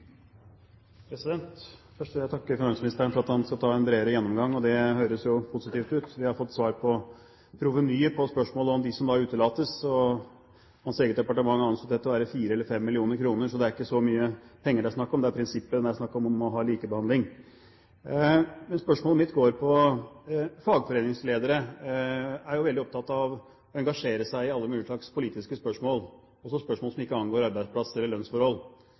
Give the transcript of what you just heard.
Først vil jeg takke finansministeren for at han skal ta en bredere gjennomgang. Det høres positivt ut. Vi har fått svar på provenyet – på spørsmålet om dem som da utelates – og hans eget departement anslår det til å være 4 eller 5 mill. kr, så det er ikke så mye penger det er snakk om. Det er prinsippet det er snakk om, om å ha likebehandling. Fagforeningsledere er jo veldig opptatt av å engasjere seg i alle mulige slags politiske spørsmål, også spørsmål som ikke angår arbeidsplass eller lønnsforhold, noe som også finansministeren sier i sitt svar til komiteen. Mener finansministeren at det